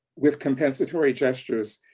with compensatory gestures.